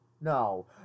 No